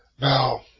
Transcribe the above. Now